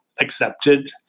accepted